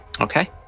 Okay